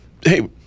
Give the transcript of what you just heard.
hey